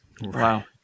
Wow